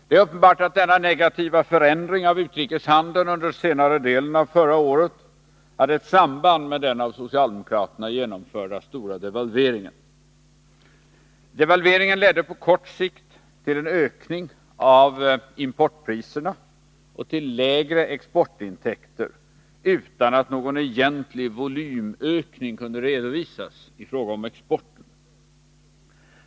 Det är uppenbart att denna negativa förändring av utrikeshandeln under senare delen av förra året hade ett samband med den av socialdemokraterna genomförda stora devalveringen. Devalveringen ledde på kort sikt till en ökning av importpriserna och till lägre exportintäkter utan att någon egentlig volymökning kunde redovisas i fråga om exporten.